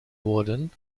wurden